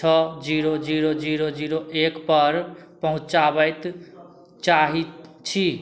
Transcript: छओ zero zero zero zero एकपर पहुँचाबै चाहै छी